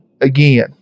again